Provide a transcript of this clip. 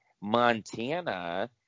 Montana